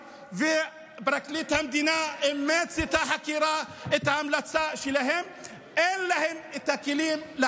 מח"ש, ותקשיבו טוב, אין גישה למידע